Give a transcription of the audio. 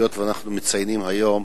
היות שאנחנו מציינים היום